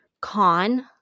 con